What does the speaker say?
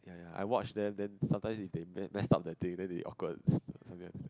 ya I watch them then sometimes it's they mess the thing then they awkward something like